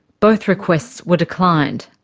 both requests were declined.